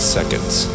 Seconds